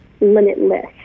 limitless